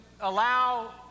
allow